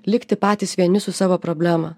likti patys vieni su savo problema